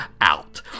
out